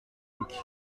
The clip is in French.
bouc